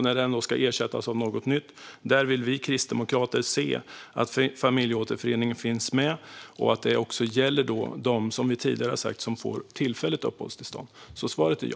När den ska ersättas av någonting nytt vill vi kristdemokrater se att familjeåterföreningen finns med och att det också gäller dem som får tillfälligt uppehållstillstånd. Svaret är ja.